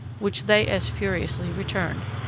which they as furiously returned,